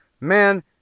man